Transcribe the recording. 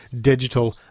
digital